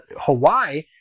Hawaii